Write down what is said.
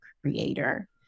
creator